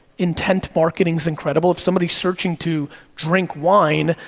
intent marketing's incredible, if somebody's searching to drink wine,